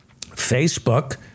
Facebook